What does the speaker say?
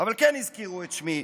אבל כן הזכירו את שמי.